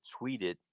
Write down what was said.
tweeted